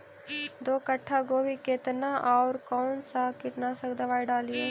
दो कट्ठा गोभी केतना और कौन सा कीटनाशक दवाई डालिए?